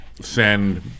send